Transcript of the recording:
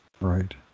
right